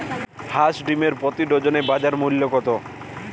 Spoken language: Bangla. হাঁস ডিমের প্রতি ডজনে বাজার মূল্য কত?